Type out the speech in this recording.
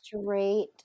straight